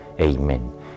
Amen